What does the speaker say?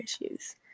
issues